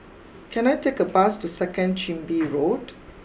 can I take a bus to second Chin Bee Road